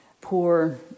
poor